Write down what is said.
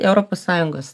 europos sąjungos